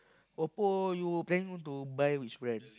Oppo you planning to buy which brand